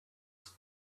that